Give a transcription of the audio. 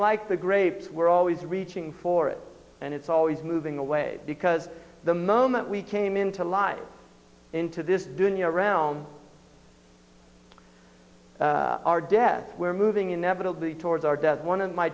like the grapes we're always reaching for it and it's always moving away because the moment we came into life into this dunia around our death we're moving inevitably towards our death one of my